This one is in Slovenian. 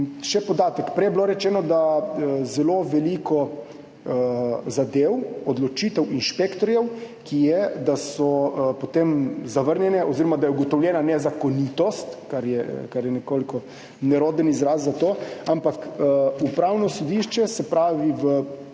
še podatek. Prej je bilo rečeno, da je zelo veliko zadev, odločitev inšpektorjev potem zavrnjenih oziroma da je ugotovljena nezakonitost, kar je nekoliko neroden izraz za to, ampak Upravno sodišče v treh